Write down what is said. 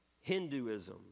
Hinduism